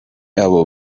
abo